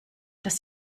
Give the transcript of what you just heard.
dass